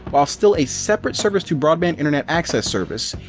while still a separate service to broadband internet access service,